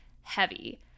heavy